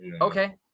Okay